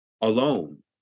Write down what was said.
alone